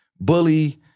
bully